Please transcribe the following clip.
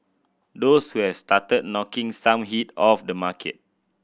those who has started knocking some heat off the market